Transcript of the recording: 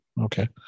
Okay